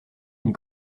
une